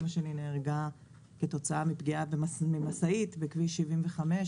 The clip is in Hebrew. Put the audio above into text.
אמא שלי נהרגה כתוצאה מפגיעה ממשאית בכביש 75,